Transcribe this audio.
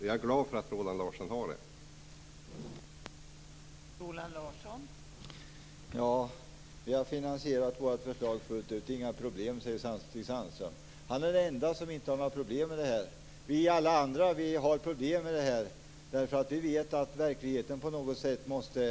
Jag är glad för att Roland Larsson har en sådan.